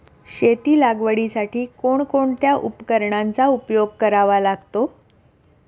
शेती लागवडीसाठी कोणकोणत्या उपकरणांचा उपयोग करावा लागतो?